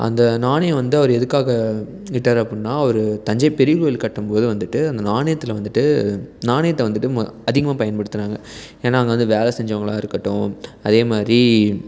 அந்த நாணயம் வந்து அவர் எதுக்காக வெளியிட்டார் அப்புடினா அவர் தஞ்சை பெரிய கோயில் கட்டும்போது வந்துட்டு அந்த நாணயத்தில் வந்துட்டு நாணயத்தை வந்துட்டு அதிகமாக பயன்படுத்தினாங்க ஏன்னால் அங்கே வந்து வேலை செஞ்சவங்களாக இருக்கட்டும் அதேமாதிரி